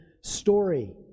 story